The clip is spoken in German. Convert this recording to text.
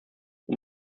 und